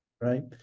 Right